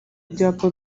ibyapa